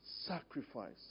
sacrifice